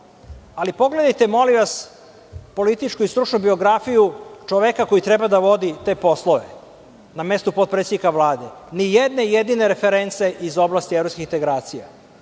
ali pogledajte molim vas političku i stručnu biografiju čoveka koji treba da vodi te poslove na mestu potpredsednika Vlade. Ni jedne jedine reference iz oblasti evropskih integracija,